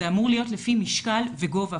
זה אמור להיות לפי משקל וגובה,